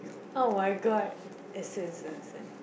oh-my-god